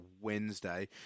Wednesday